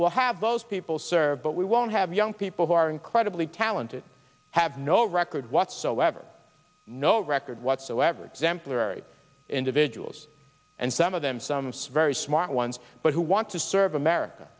have those people serve but we won't have young people who are incredibly talented have no record whatsoever no record whatsoever exemplary individuals and some of them some very smart ones but who want to serve america